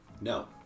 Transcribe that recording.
No